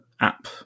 app